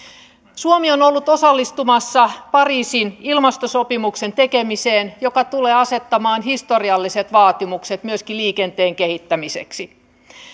suomi on ollut osallistumassa pariisin ilmastosopimuksen tekemiseen joka tulee asettamaan historialliset vaatimukset myöskin liikenteen kehittämiseksi